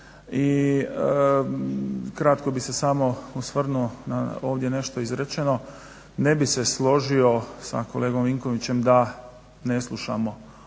i kratko bih se samo osvrnuo na ovdje nešto izrečeno. Ne bih se složio sa kolegom Vinkovićem da ne slušamo ovo